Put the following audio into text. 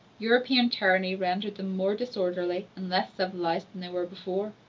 european tyranny rendered them more disorderly and less civilized than they were before.